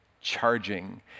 charging